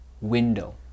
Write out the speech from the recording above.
window